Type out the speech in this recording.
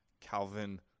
Calvin